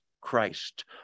Christ